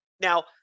Now